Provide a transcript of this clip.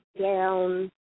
down